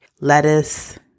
lettuce